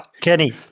Kenny